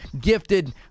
gifted